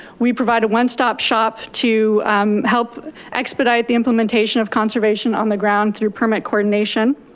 we provide a one-stop-shop to help expedite the implementation of conservation on the ground through permit coordination.